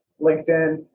LinkedIn